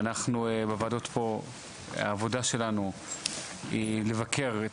אנחנו בוועדות פה העבודה שלנו היא לבקר את